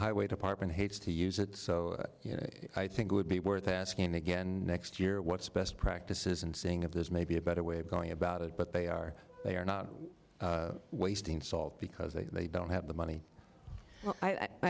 highway department hates to use it so i think it would be worth asking again next year what's best practices and seeing if there's maybe a better way of going about it but they are they are not wasting salt because they don't have the money i